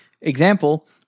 Example